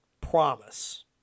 Promise